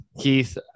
Keith